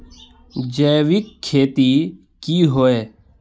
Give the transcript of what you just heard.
जैविक खेती की होय?